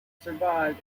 survived